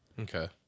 Okay